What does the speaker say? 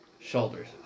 Shoulders